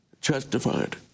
justified